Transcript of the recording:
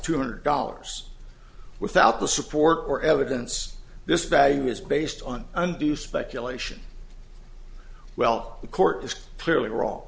two hundred dollars without the support or evidence this value is based on undue speculation well the court was clearly wrong